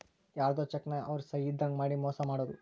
ಯಾರ್ಧೊ ಚೆಕ್ ನ ಅವ್ರ ಸಹಿ ಇದ್ದಂಗ್ ಮಾಡಿ ಮೋಸ ಮಾಡೋದು